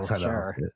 sure